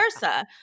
versa